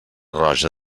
roja